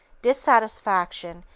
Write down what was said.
dissatisfaction,